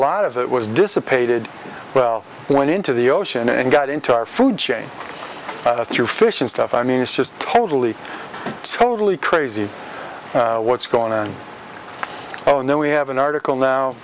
lot of it was dissipated well went into the ocean and got into our food chain a few fish and stuff i mean it's just totally totally crazy what's going on oh no we have an article now